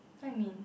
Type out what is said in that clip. what you mean